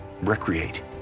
recreate